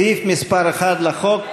סעיף מס' 1 לחוק,